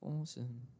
awesome